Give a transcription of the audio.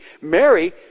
Mary